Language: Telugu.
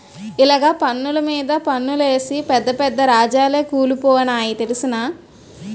ఇలగ పన్నులు మీద పన్నులేసి పెద్ద పెద్ద రాజాలే కూలిపోనాయి తెలుసునా